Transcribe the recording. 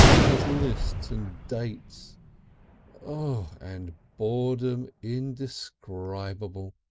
and as lists and dates oh! and boredom indescribable.